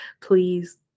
please